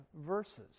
verses